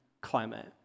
climate